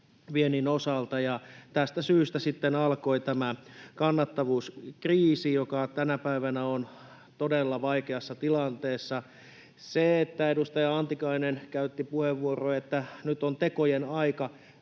viennin osalta. Tästä syystä sitten alkoi tämä kannattavuuskriisi, joka tänä päivänä on todella vaikeassa tilanteessa. Edustaja Antikainen käytti puheenvuoron, että nyt on tekojen aika.